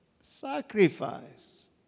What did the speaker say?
Sacrifice